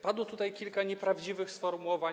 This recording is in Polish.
Padło tutaj kilka nieprawdziwych sformułowań.